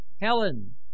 Helen